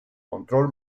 control